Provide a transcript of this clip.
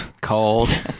cold